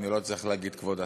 אני לא צריך להגיד "כבוד השר".